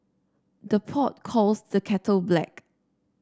the pot calls the kettle black